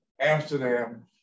Amsterdam